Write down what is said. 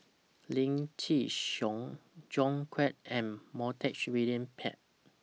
Lim Chin Siong John Clang and Montague William Pett